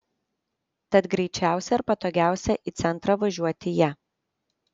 tad greičiausia ir patogiausia į centrą važiuoti ja